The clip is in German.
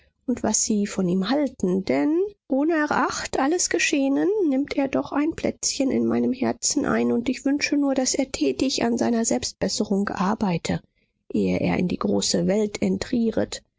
und was sie von ihm halten denn ohneracht alles geschehenen nimmt er doch ein plätzchen in meinem herzen ein und ich wünsche nur daß er tätig an seiner selbstbesserung arbeite ehe er in die große welt